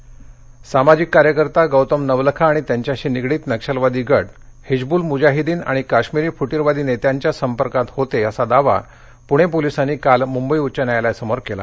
नक्षल सामाजिक कार्यकर्ता गौतम नवलखा आणि त्यांच्याशी निगडीत नक्षलवादी गट हिजब्रूल मुजाहिदीन आणि कश्मीरी फुटीरवादी नेत्यांच्या संपर्कात होते असा दावा पूणे पोलिसांनी काल मुंबई उच्च न्यायालयासमोर केला